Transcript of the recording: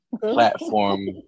platform